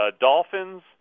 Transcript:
Dolphins